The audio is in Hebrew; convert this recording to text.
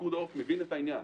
פיקוד העורף מבין את העניין,